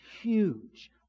huge